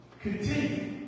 Continue